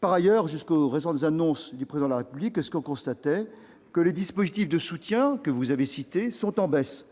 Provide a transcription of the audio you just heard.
Par ailleurs, jusqu'aux annonces récentes du Président de la République, on constatait que les dispositifs de soutien que vous avez cités étaient en baisse.